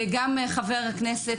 גם חבר הכנסת,